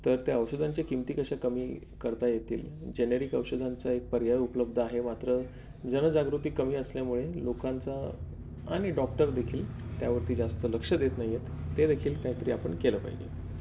तर त्या औषधांचे किमती कशा कमी करता येतील जेनेरिक औषधांचा एक पर्याय उपलब्ध आहे मात्र जनजागृती कमी असल्यामुळे लोकांचा आणि डॉक्टर देखील त्यावरती जास्त लक्ष देत नाही आहेत ते देखील काहीतरी आपण केलं पाहिजे